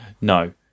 No